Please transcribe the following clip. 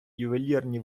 ювелірні